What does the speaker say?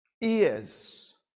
Ears